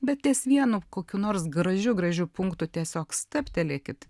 bet ties vienu kokiu nors gražiu gražiu punktu tiesiog stabtelėkit